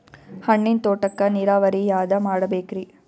ಹಣ್ಣಿನ್ ತೋಟಕ್ಕ ನೀರಾವರಿ ಯಾದ ಮಾಡಬೇಕ್ರಿ?